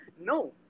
No